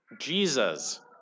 Jesus